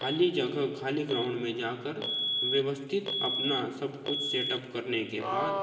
खाली जगह खाली ग्राउंड में जाकर व्यवस्थित अपना सब कुछ सेटअप करने के बाद